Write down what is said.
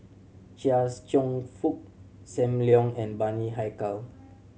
Chia's Cheong Fook Sam Leong and Bani Haykal